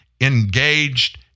Engaged